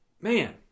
Man